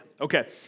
Okay